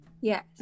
Yes